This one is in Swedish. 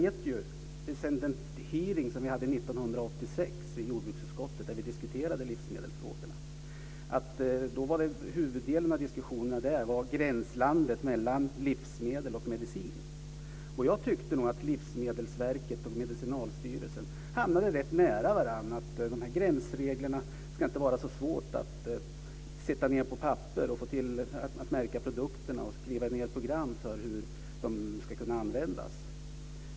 1986 hade vi en hearing i jordbruksutskottet där vi diskuterade livsmedelsfrågorna. Huvuddelen av diskussionerna handlade då om gränslandet mellan livsmedel och medicin. Jag tyckte nog att Livsmedelsverket och Medicinalstyrelsen hamnade rätt nära varandra när det gäller att det inte ska vara så svårt att få ned dessa gränsregler på papper, att märka produkter och skriva program för hur de ska kunna användas.